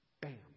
Bam